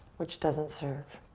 which doesn't serve.